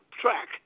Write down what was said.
track